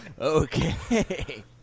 Okay